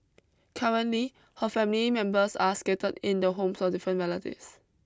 currently her family members are scattered in the homes of different relatives